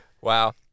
Wow